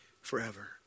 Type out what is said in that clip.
forever